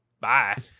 bye